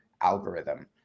algorithm